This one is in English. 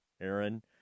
Aaron